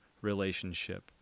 relationship